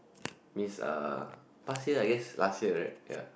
means uh past year I guess last year right ya